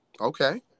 Okay